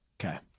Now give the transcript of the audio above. Okay